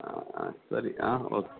ಹಾಂ ಹಾಂ ಸರಿ ಹಾಂ ಓಕೆ